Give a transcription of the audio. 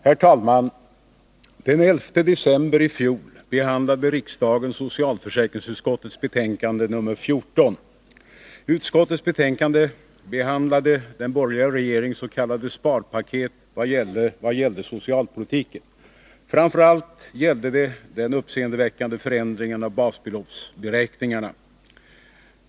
Herr talman! Den 11 december i fjol tog riksdagen ställning till socialförsäkringsutskottets betänkande nr 14. Utskottets betänkande behandlade den borgerliga regeringens s.k. sparpaket vad gällde socialpo litiken. Framför allt gällde det den uppseendeväckande förändringen av basbeloppsberäkningarna.